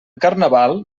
carnaval